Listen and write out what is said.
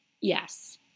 Yes